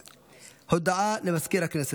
הודעה למזכיר הכנסת.